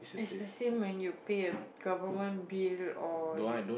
is the same when you pay a government bill or you